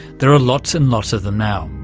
there are lots and lots of them now.